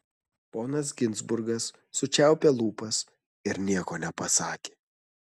ponas ginzburgas sučiaupė lūpas ir nieko nepasakė